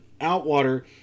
Outwater